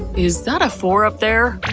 is that a four up there?